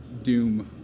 doom